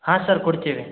ಹಾಂ ಸರ್ ಕೊಡ್ತೀವಿ